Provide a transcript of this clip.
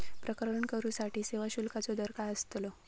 प्रकरण करूसाठी सेवा शुल्काचो दर काय अस्तलो?